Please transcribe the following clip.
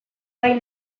gai